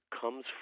comes